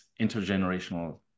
intergenerational